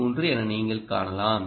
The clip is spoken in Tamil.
3 என நீங்கள் காணலாம்